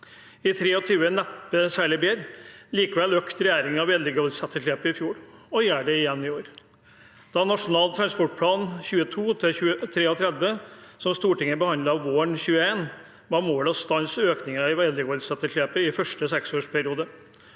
det neppe særlig bedre. Likevel økte regjeringen vedlikeholdsetterslepet i fjor – og gjør det igjen i år. I Nasjonal transportplan 2022–2033, som Stortinget behandlet våren 2021, var målet å stanse økningen i vedlikeholdsetterslepet i første seksårsperiode.